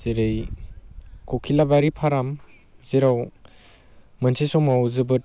जेरै ककिलाबारि फार्म जेराव मोनसे समाव जोबोद